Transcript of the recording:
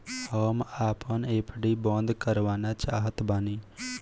हम आपन एफ.डी बंद करना चाहत बानी